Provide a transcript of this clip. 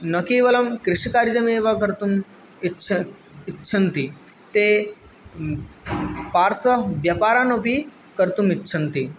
न केवलं कृषिकार्यमेव कर्तुम् इच्छ् इच्छन्ति ते पार्स व्यापारान् अपि कर्तुम् इच्छन्ति